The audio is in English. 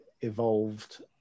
evolved